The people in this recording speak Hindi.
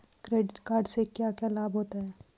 क्रेडिट कार्ड से क्या क्या लाभ होता है?